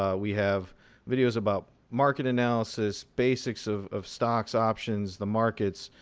ah we have videos about market analysis, basics of of stocks, options, the markets,